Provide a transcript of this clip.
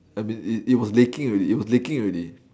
I mean it it was leaking already it was leaking already